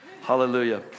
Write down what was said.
Hallelujah